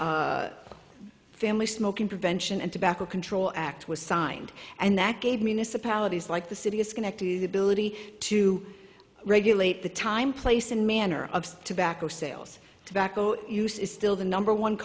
nine family smoking prevention and tobacco control act was signed and that gave me a palette is like the city is connected ability to regulate the time place and manner of tobacco sales tobacco use is still the number one